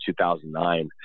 2009